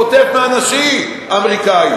חוטף מאנשים אמריקנים,